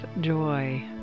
joy